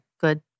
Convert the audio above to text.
Good